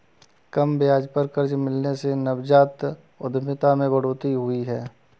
कम ब्याज पर कर्ज मिलने से नवजात उधमिता में बढ़ोतरी हुई है